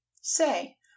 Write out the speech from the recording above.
Say